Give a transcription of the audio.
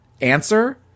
answer